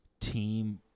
team